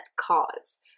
cause